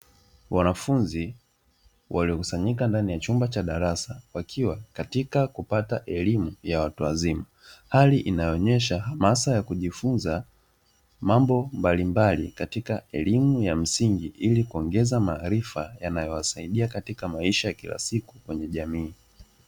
Wanafunzi waliokusanyika ndani ya chumba cha darasa wakiwa katika kupata elimu ya watu wazima, hali inayoonyesha hamasa ya kujifunza mambo mbalimbali katika elimu ya msingi ili kuongeza maarifa yanayowasaidia katika maisha ya kila siku kwenye jamii.